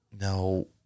No